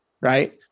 right